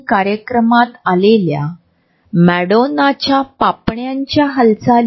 प्रॉक्सॅमिक्सला जवळीकतेच्या पातळीच्या चार वेगवेगळ्या झोनमध्ये विभागले जाते